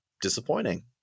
disappointing